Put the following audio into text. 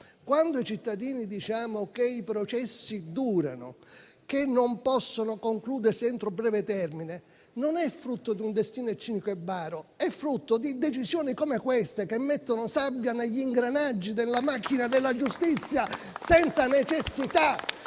Quando ai cittadini diciamo che i processi durano e che non possono concludersi entro breve termine, ciò non è frutto di un destino cinico e baro, ma di decisioni come queste, che mettono sabbia negli ingranaggi della macchina della giustizia,